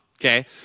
okay